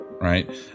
right